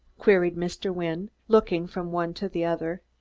queried mr. wynne, looking from one to the other.